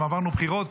גם עברנו את הבחירות,